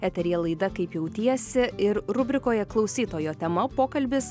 eteryje laida kaip jautiesi ir rubrikoje klausytojo tema pokalbis